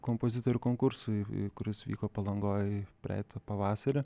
kompozitorių konkursui kuris vyko palangoj praeitą pavasarį